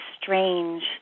strange